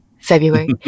February